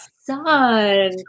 son